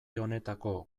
honetako